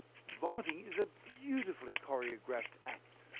vomiting is a beautifully choreographed act.